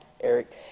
Eric